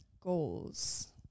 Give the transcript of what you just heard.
Goals